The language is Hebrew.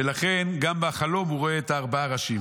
ולכן גם בחלום הוא רואה את ארבעת הראשים.